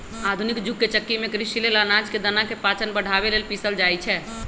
आधुनिक जुग के चक्की में कृषि लेल अनाज के दना के पाचन बढ़ाबे लेल पिसल जाई छै